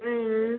ம் ம்